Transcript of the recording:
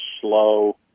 slow